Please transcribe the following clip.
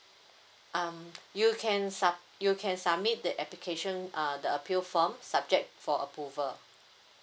um you can sub~ you can submit the application uh the appeal form subject for approval